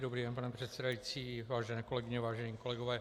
Dobrý den, pane předsedající, vážené kolegyně, vážení kolegové.